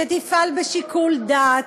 שתפעל בשיקול דעת.